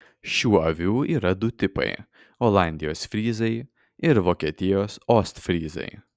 šių avių yra du tipai olandijos fryzai ir vokietijos ostfryzai